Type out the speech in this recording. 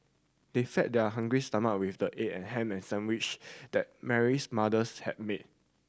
they fed their hungry stomach with the egg and ham sandwich that Mary's mothers had made